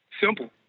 Simple